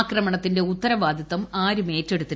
ആക്രമണത്തിന്റെ ഉത്തരവാദിത്തം ആരും ഏറ്റെടുത്തിട്ടില്ല